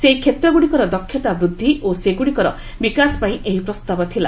ସେହି କ୍ଷେତ୍ରଗୁଡ଼ିକର ଦକ୍ଷତାବୃଦ୍ଧି ଓ ସେଗୁଡ଼ିକର ବିକାଶପାଇଁ ଏହି ପ୍ରସ୍ତାବ ଥିଲା